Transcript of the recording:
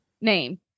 name